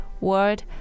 word